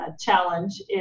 challenge